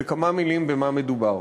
בכמה מילים במה מדובר.